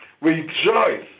Rejoice